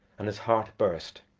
and his heart burst.